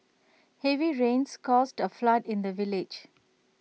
heavy rains caused A flood in the village